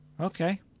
Okay